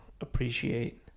appreciate